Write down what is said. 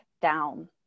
down